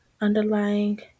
underlying